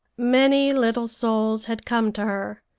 many little souls had come to her,